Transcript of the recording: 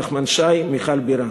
נחמן שי ומיכל בירן.